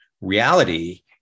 reality